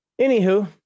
Anywho